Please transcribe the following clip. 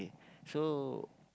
so